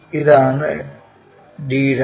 ഇതാണ് d'